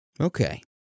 Okay